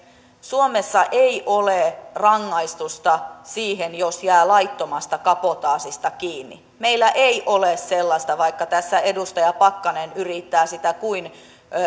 suomessa ei ole rangaistusta siihen jos jää laittomasta kabotaasista kiinni meillä ei ole sellaista vaikka tässä edustaja pakkanen yrittää sitä kuinka